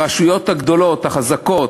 הרשויות הגדולות, החזקות,